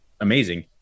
amazing